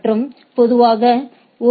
மற்றும் பொதுவாக ஓ